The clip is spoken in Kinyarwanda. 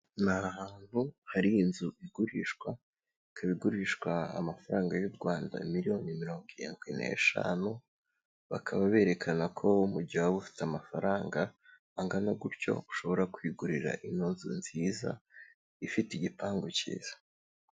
Ni ahantu hari inzu igurishwa, ikaba igurishwa amafaranga y'u Rwanda miliyoni mirongo irindwi n'eshanu, bakaba berekana ko mu gihe waba ufite amafaranga angana gutyo, ushobora kwigurira ino nzu nziza, ifite igipangu cyiza.